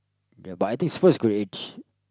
ya but I think it's first gonna age